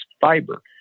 fiber